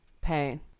pain